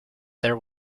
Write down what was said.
there